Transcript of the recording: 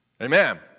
Amen